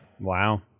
Wow